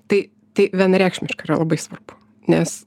tai tai vienareikšmiškai yra labai svarbu nes